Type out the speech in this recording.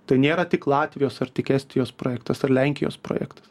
tai nėra tik latvijos ar tik estijos projektas ar lenkijos projektas